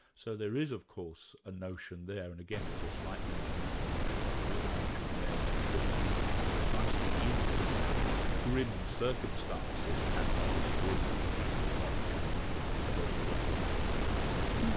so there is of course a notion there and again it's a slightly instrumental notion but there is a notion there that it is precisely in grim circumstances, perhaps not as grim as the ik, although i should imagine the burma railway was pretty damned grim,